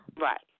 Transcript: Right